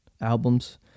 albums